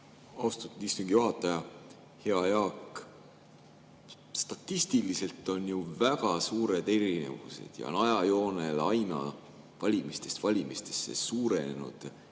Austatud istungi juhataja! Hea Jaak! Statistiliselt on ju väga suured erinevused ja ajajoonel on valimistest valimistesse suurenenud